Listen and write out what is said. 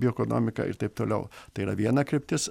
bioekonomika ir taip toliau tai yra viena kryptis